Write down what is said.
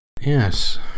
Yes